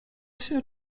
się